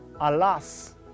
alas